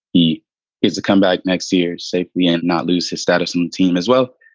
he is to come back next year safely and not lose his status in the team as well,